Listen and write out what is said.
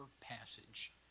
passage